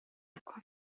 نکن